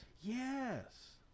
yes